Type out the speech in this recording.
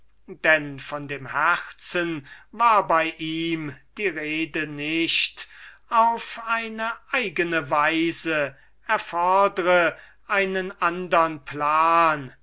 denn von dem herzen war bei ihm die rede nicht auf eine eigene weise erfordre einen andern plan